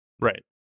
Right